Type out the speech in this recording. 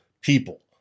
people